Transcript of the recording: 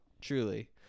truly